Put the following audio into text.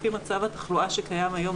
לפי מצב התחלואה שקיים היום.